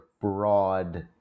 broad